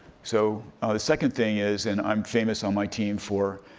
so the second thing is, and i'm famous on my team for